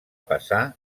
passar